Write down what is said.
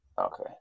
okay